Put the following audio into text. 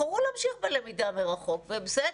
בחרו להמשיך בלמידה מרחוק וזה בסדר.